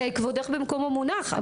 כבודך במקומו מונח.